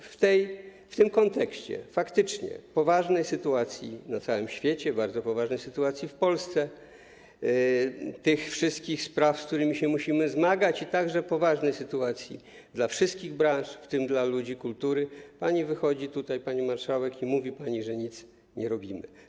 I w tym kontekście faktycznie poważnej sytuacji na całym świecie, bardzo poważnej sytuacji w Polsce, tych wszystkich spraw, z którymi się musimy zmagać, a także poważnej sytuacji dla wszystkich branż, w tym dla ludzi kultury, pani wychodzi tutaj, pani marszałek, i mówi, że nic nie robimy.